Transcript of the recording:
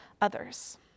others